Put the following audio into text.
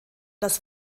das